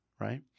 right